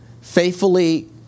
faithfully